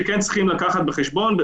דברים שכבר לא רלוונטיים?